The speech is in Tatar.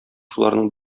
шуларның